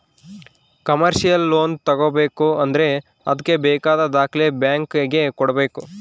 commercial loan ತಗೋಬೇಕು ಅಂದ್ರೆ ಅದ್ಕೆ ಬೇಕಾದ ದಾಖಲೆ ಬ್ಯಾಂಕ್ ಗೆ ಕೊಡ್ಬೇಕು